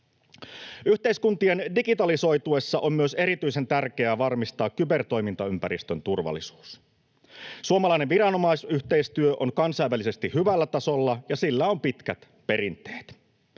Yhteiskuntien digitalisoituessa on myös erityisen tärkeää varmistaa kybertoimintaympäristön turvallisuus. Suomalainen viranomaisyhteistyö on kansainvälisesti hyvällä tasolla, ja sillä on pitkät perinteet.